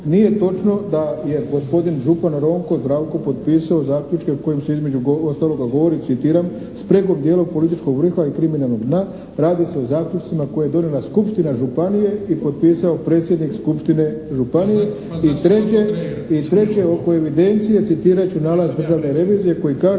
nije točno da je gospodin župan Ronko Zdravko potpisao zaključke u kojim se između ostaloga govori, citiram: «Spregom dijela političkog vrha i kriminalnog dna radi se o zaključcima koje je donijela Skupština županije i potpisao predsjednik Skupštine županije …… /Upadica se ne razumije./ … I treće, i treće oko evidencije citirat ću nalaz Državne revizije koji kažu: